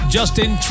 Justin